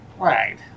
Right